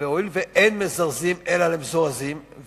והואיל ואין מזרזין אלא למזורזין,